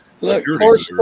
Look